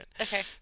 Okay